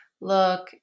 look